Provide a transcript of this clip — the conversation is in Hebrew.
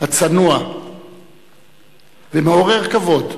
הצנוע ומעורר הכבוד,